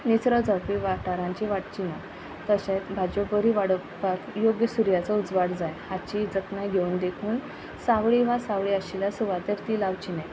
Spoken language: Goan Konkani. नेसरो जावपी वाठारांची वाडची ना तशेंच भाज्यो बरी वाडोवपाक योग्य सुर्याचो उजवाड जाय हाची जतनाय घेवन देखून सावळी वा सावळी आशिल्ल्या सुवातर ती लावची न्हय